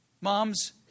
Moms